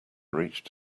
reached